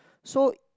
so